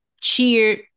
cheered